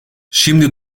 şimdi